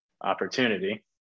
opportunity